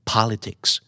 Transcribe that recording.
Politics